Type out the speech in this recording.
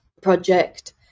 project